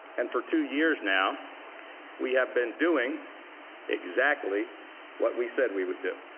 and for two years now we have been doing exactly what we said we would do,